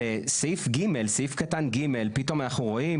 בסעיף קטן (ג), פתאום אנחנו רואים